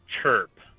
chirp